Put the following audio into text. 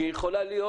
שהיא יכולה להיות